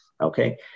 Okay